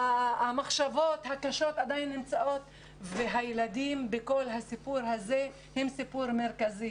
המחשבות הקשות עדיין נמצאות והילדים בכל הסיפור הזה הם סיפור מרכזי.